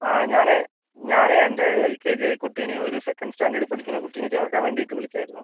ആ ഞാൻ ഞാൻ എൻ്റെ എൽ കെ ജി കുട്ടിയിനേയും ഒരു സെക്കൻ്റ് സ്റ്റാൻ്റേർഡിൽ പഠിക്കുന്ന കുട്ടിയിനേയും ചേർക്കാൻ വേണ്ടിയിട്ട് വിളിച്ചിരുന്നു